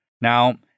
Now